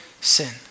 sin